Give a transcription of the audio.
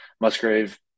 Musgrave